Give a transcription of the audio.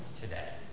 today